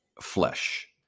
flesh